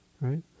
right